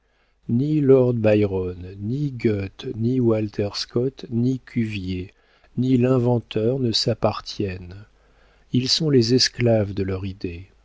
ni lord byron ni goethe ni walter scott ni cuvier ni l'inventeur ne s'appartiennent ils sont les esclaves de leur idée